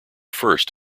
first